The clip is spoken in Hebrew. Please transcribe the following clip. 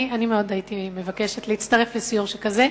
אני הייתי מאוד מבקשת להצטרף לסיור שכזה.